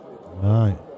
Right